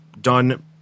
done